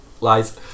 lies